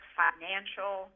financial